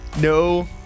No